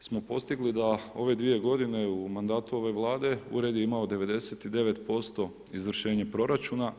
smo postigli da ove dvije godine u mandatu ove Vlade ured je imao 99% izvršenje proračuna.